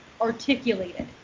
articulated